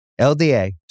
LDA